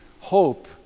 hope